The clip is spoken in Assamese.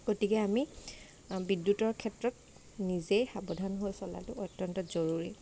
গতিকে আমি বিদ্যুতৰ ক্ষেত্ৰত নিজেই সাৱধান হৈ চলাটো অত্যন্ত জৰুৰী